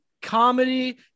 comedy